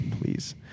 please